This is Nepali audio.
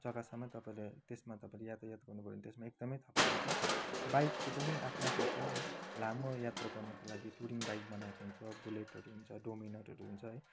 जग्गासम्म तपाईँले त्यसमा चाहिँ यातायात गर्नुभयो भने त्यसमा तपाईँलाई एकदमै थन्डा हुन्छ बाइकको पनि आफ्नो आफ्नो छ है लामो यात्रा गर्नुको लागि टुरिङ बाइक बनााएको हुन्छ बुलेटहरू हुन्छ डोमिनरहरू हुन्छ है